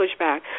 pushback